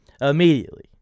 immediately